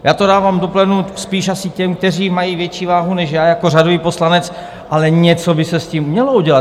Já to dávám do pléna spíš asi těm, kteří mají větší váhu než já jako řadový poslanec, ale něco by se s tím mělo udělat.